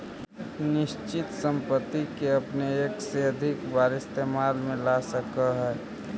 निश्चित संपत्ति के अपने एक से अधिक बार इस्तेमाल में ला सकऽ हऽ